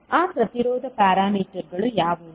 ಆ ಪ್ರತಿರೋಧ ಪ್ಯಾರಾಮೀಟರ್ಗಳು ಯಾವುವು